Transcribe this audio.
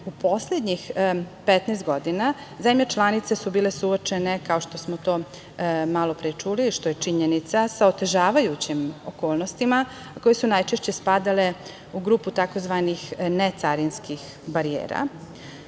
u poslednjih 15 godina zemlje članice su bile suočene, kao što smo to malopre čuli, što je činjenica, sa otežavajućim okolnostima koje su najčešće spadale u grupu tzv. ne carinskih barijera.